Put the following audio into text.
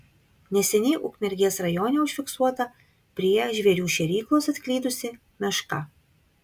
neseniai ukmergės rajone užfiksuota prie žvėrių šėryklos atklydusi meška